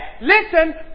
listen